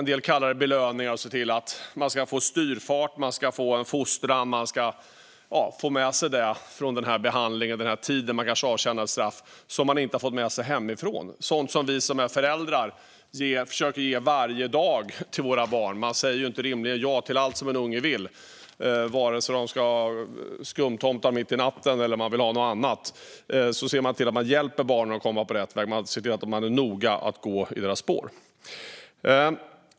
De får belöningar, som en del kallar det, för att få styrfart, få en fostran och - efter behandling och avtjänat straff - få med sig sådant som de kanske inte fått med sig hemifrån. Det är sådant som vi som är föräldrar försöker ge varje dag till våra barn. Man säger rimligen inte ja till allt som en unge vill, vare sig det är skumtomtar mitt i natten eller något annat, utan man ser till att man hjälper barnet att komma på rätt väg och att man är noga med att gå i dess spår.